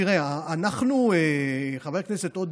תראה, חבר הכנסת עודה,